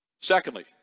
Secondly